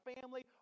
family